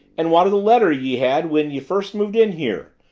and what of the letter ye had when ye first moved in here?